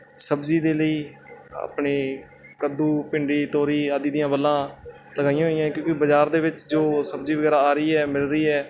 ਸਬਜ਼ੀ ਦੇ ਲਈ ਆਪਣੇ ਕੱਦੂ ਭਿੰਡੀ ਤੋਰੀ ਆਦਿ ਦੀਆਂ ਵੱਲਾਂ ਲਗਾਈਆਂ ਹੋਈਆਂ ਹੈ ਕਿਉਂਕਿ ਬਾਜ਼ਾਰ ਦੇ ਵਿੱਚ ਜੋ ਸਬਜ਼ੀ ਵਗੈਰਾ ਆ ਰਹੀ ਹੈ ਮਿਲ ਰਹੀ ਹੈ